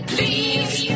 Please